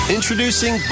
Introducing